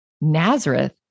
Nazareth